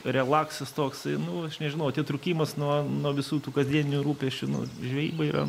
relaksas toksai nu aš nežinau atitrūkimas nuo nuo visų tų kasdieninių rūpesčių nu žvejyba yra